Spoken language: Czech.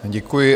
Děkuji.